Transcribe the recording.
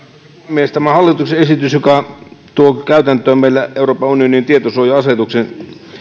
puhemies tämä hallituksen esitys joka tuo käytäntöön meillä euroopan unionin tietosuoja asetuksen